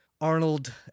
Arnold